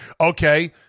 Okay